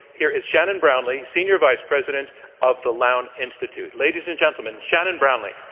here is shannon brownlee senior vice president of the lown institute. ladies and gentlemen, shannon brownlee.